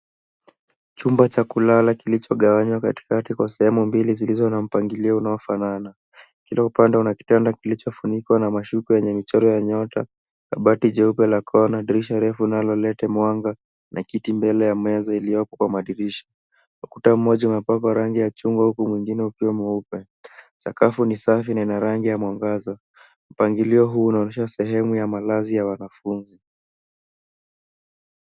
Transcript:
Chumba cha kulala kilichogawanywa katikati kwa sehemu mbili zilizo na mpangilio unaofanana. Kila upande kina kitanda kilichofunikwa na mashuka yenye michoro ya nyota na bati jeupe la kona, dirisha refu linaloleta mwanga na kiti mbele ya meza iliyopo kwa madirisha. Ukuta mmoja umepakwa rangi ya chungwa huku mwingine ukiwa mweupe. Sakafu ni safi na una rangi ya mwangaza. Mpangilio huu unaonyeha sehemu ya malazi ya wanafunzi.